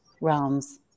realms